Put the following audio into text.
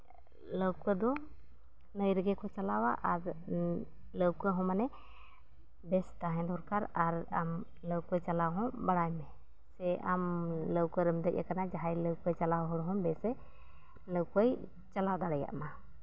ᱞᱟᱹᱣᱠᱟᱹ ᱫᱚ ᱱᱟᱹᱭ ᱨᱮᱜᱮ ᱠᱚ ᱪᱟᱞᱟᱣᱟ ᱟᱨ ᱟᱫᱚ ᱞᱟᱹᱣᱠᱟ ᱦᱚᱸ ᱢᱟᱱᱮ ᱵᱮᱥ ᱛᱟᱦᱮᱸ ᱫᱚᱨᱠᱟᱨ ᱟᱨ ᱟᱢ ᱞᱟᱹᱣᱠᱟᱹ ᱪᱟᱞᱟᱣ ᱦᱚᱸ ᱵᱟᱲᱟᱭ ᱢᱮ ᱥᱮ ᱟᱢ ᱞᱟᱹᱣᱠᱟᱹ ᱨᱮᱢ ᱫᱮᱡ ᱟᱠᱟᱱᱟ ᱡᱟᱦᱟᱸᱭ ᱞᱟᱹᱣᱠᱟᱹ ᱪᱟᱞᱟᱣ ᱦᱚᱲ ᱦᱚᱸ ᱵᱮᱥᱮ ᱞᱟᱹᱣᱠᱟᱹᱭ ᱪᱟᱞᱟᱣ ᱫᱟᱲᱮᱭᱟᱜᱢᱟ